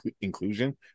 inclusion